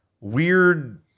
weird